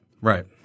Right